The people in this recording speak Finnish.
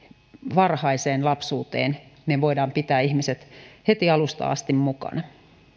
varhaiseen lapsuuteen me voimme pitää ihmiset heti alusta asti mukana